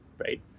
right